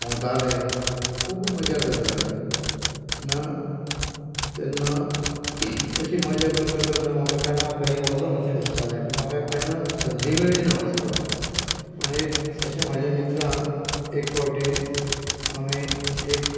पोंवताले खूब मजा करताले तेन्ना अशी मजा करतना म्हाका केन्ना खंयी वचूं कशें दिसताले पूण म्हाका केन्नाच संदी मेळ्ळी ना वचपाक पूण एक अशें म्हज्य मित्रान एक फावटी आमी एक